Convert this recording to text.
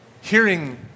hearing